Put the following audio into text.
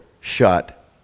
shut